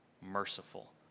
merciful